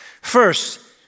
First